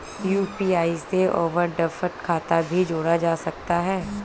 UPI से overdraft खाता भी जोड़ा जा सकता है